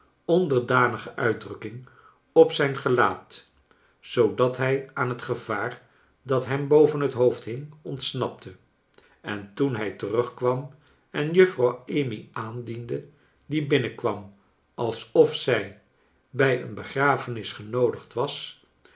onderdanige uitdrukking op zijn gelaat zoodat hij aan het gevaar dat hem boven het hoofd hing ontsnapte en toen hij terugkwam en juffrouw amy aandiende die binnenkwam alsof zij bij een begrafenis genoodigd was